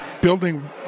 building